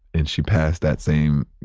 and she passed that same